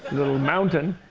little mountain,